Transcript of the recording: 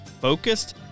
focused